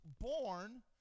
born